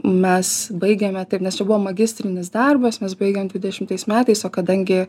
mes baigėme taip nes čia buvo magistrinis darbas mes baigėm dvidešimtais metais o kadangi